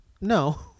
No